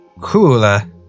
cooler